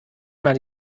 mal